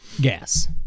Gas